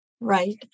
Right